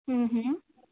हम्म